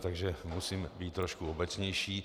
Takže musím být trošku obecnější.